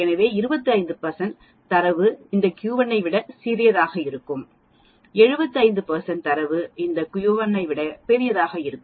எனவே 25 தரவு இந்த Q1 ஐ விட சிறியதாக இருக்கும் 75 தரவு இந்த Q1 ஐ விட பெரியதாக இருக்கும்